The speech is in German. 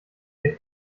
den